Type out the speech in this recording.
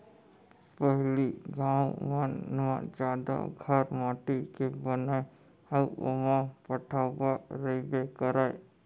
पहिली गॉंव मन म जादा घर माटी के बनय अउ ओमा पटउहॉं रइबे करय